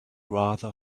rather